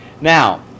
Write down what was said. Now